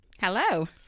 Hello